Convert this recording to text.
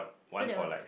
so that one is